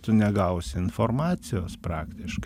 tu negausi informacijos praktiškai